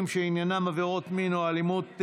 שעניינם עבירות מין או אלימות חמורה)